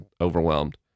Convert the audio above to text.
overwhelmed